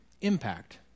impact